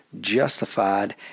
justified